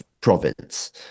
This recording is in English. province